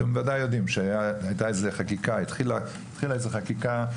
אתם ודאי יודעים שהתחילה איזו חקיקה לפני שהייתי,